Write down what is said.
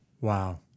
Wow